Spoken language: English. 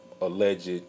alleged